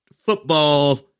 football